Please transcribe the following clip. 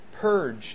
purge